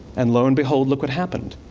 and lo and behold, look what happened.